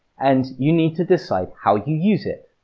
and you need to decide how you use it.